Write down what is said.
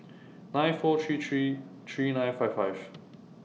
nine four three three three nine five five